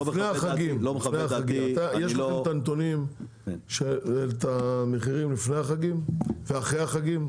אני לא מחווה את דעתי --- יש לך את המחירים לפני החגים ואחרי החגים?